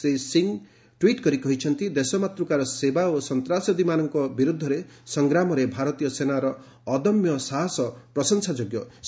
Shri Singh tweet କରି କହିଛନ୍ତି ଦେଶମାତୃକାର ସେବା ଓ ସନ୍ତାସବାଦୀମାନଙ୍କ ବିରୋଧରେ ସଂଗ୍ରାମରେ ଭାରତୀୟ ସେନାର ଅଦମ୍ୟ ସାହସକୁ ପ୍ରଶଂସା କରିଛନ୍ତି